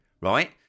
right